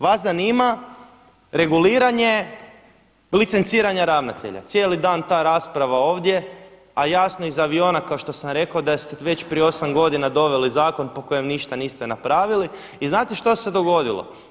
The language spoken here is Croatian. Vas zanima reguliranje licenciranja ravnatelja, cijeli dan je ta rasprava ovdje a jasno je iz aviona kao što sam rekao da ste već prije osam godina doveli zakon po kojem ništa niste napravili i znate što se dogodilo?